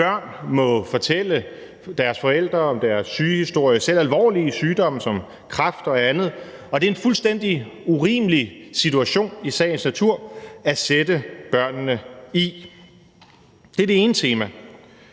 børn må fortælle deres forældre om deres sygehistorie, selv alvorlige sygdomme som kræft og andet, og det er i sagens natur en fuldstændig urimelig situation at sætte børnene i. Det er det ene tema.